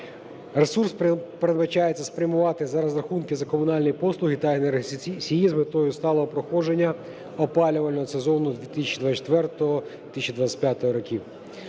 Ресурс передбачається спрямувати за розрахунки за комунальні послуги та енергоносії з метою сталого проходження опалювального сезону 2024-2025 років.